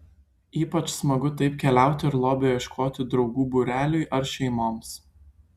ypač smagu taip keliauti ir lobio ieškoti draugų būreliui ar šeimoms